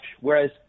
Whereas